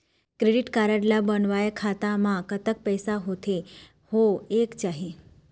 Credit card ला बनवाए खाता मा कतक पैसा होथे होएक चाही?